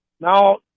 Now